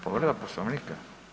Povreda Poslovnika?